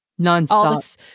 nonstop